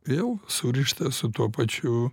vėl surišta su tuo pačiu